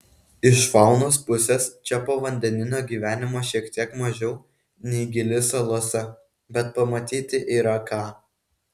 iš faunos pusės čia povandeninio gyvenimo šiek tiek mažiau nei gili salose bet pamatyti yra ką